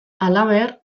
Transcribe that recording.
halaber